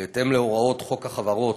בהתאם להוראות חוק החברות,